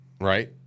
Right